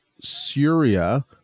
Syria